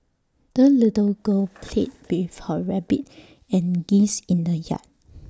the little girl played with her rabbit and geese in the yard